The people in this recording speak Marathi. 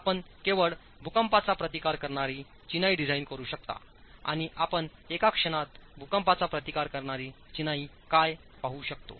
आपण केवळ भूकंपाचा प्रतिकार करणारी चिनाई डिझाइन करू शकता आणि आपण एका क्षणात भूकंपाचा प्रतिकार करणारी चिनाई काय पाहू शकतो